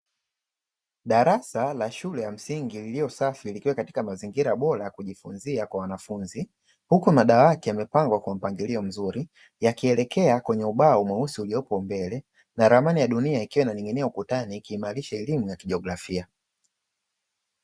Darasa la shule ya msingi lililosafi likiwa katika mazingira bora ya kujifunza kwa wanafunzi, huku madawati yamepangwa kwa mpangilio mzuri, yakielekea kwenye ubao mweusi uliopo mbele na ramani ya dunia ikiwa inaning'inia ukutani, ikiimarisha elimu ya kijiografia.